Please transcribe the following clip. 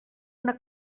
una